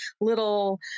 little